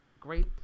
great